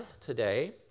today